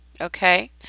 Okay